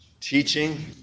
Teaching